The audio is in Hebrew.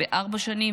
בארבע שנים,